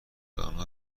آنها